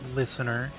listener